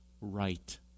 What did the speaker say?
right